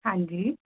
ਹਾਂਜੀ